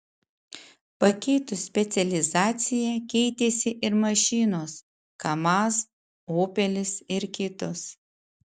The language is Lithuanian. pakeitus specializaciją keitėsi ir mašinos kamaz opelis ir kitos